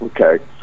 okay